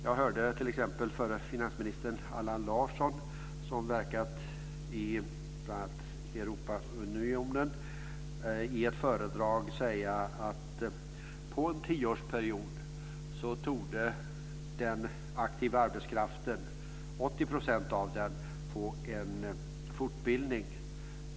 Jag hörde t.ex. förre finansministern Allan Larsson, som verkat bl.a. i Europeiska unionen, i ett föredrag säga att under en tioårsperiod torde 80 % av den aktiva arbetskraften få en fortbildning.